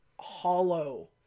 hollow